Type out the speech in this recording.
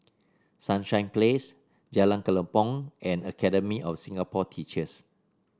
Sunshine Place Jalan Kelempong and Academy of Singapore Teachers